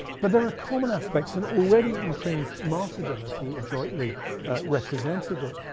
but there are common aspects and already in prynne's martyrdom, as he adroitly represented it,